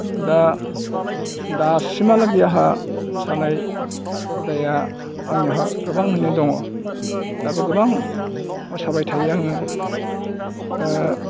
दा दासिमहालागै आंहा मोसानाय हुदाया आंनियावहाय गोबां माने दङ दा बे गोबां मोसाबाय थायो आङो